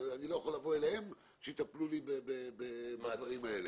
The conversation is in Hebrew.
אני לא יכול לבוא אליהם כדי שיטפלו לי בדברים האלה.